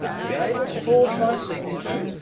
to be able to forge my signature,